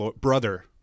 Brother